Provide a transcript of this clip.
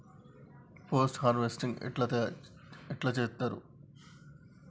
Post harvesting ఎట్ల చేత్తరు?